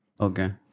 Okay